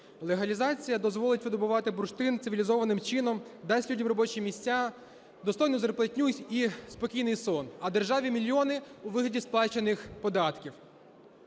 Легалізація дозволить видобувати бурштин цивілізованим чином, дасть людям робочі місця, достойну зарплатню і спокійний сон, а державі – мільйони у вигляді сплачених податків.